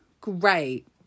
great